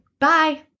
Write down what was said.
Bye